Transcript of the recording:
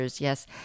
yes